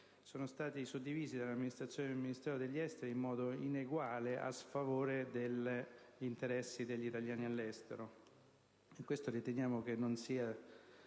sono stati suddivisi dall'amministrazione del Ministero degli affari esteri in modo ineguale a sfavore degli interessi degli italiani all'estero.